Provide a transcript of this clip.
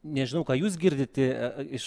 nežinau ką jūs girdite iš